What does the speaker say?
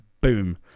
boom